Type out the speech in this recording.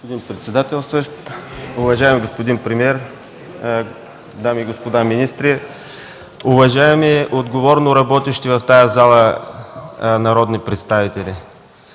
господин председател. Уважаеми господин премиер, дами и господа министри, уважаеми отговорно работещи в тази зала народни представители!